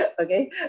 okay